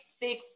big